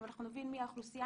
אם אנחנו נבין מי האוכלוסייה,